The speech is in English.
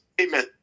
amen